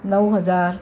नऊ हजार